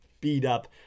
beat-up